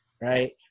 right